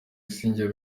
sinjya